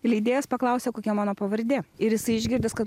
leidėjas paklausė kokia mano pavardė ir jisai išgirdęs kad